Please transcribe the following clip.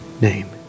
name